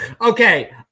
okay